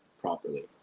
properly